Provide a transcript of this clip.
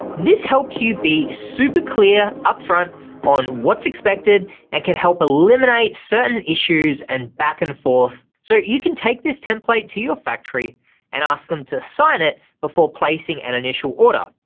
this helps you be super clear, upfront on what's expected and can help eliminate certain issues and back and forth. so you can take this template to your factory and ask them to sign it, before placing an initial order.